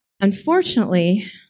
Unfortunately